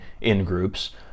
in-groups